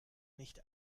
nicht